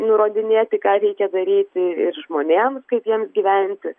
nurodinėti ką reikia daryti ir žmonėms kaip jiems gyventi